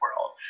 world